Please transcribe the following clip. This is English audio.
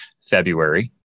February